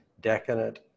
decadent